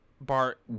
bart